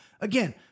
again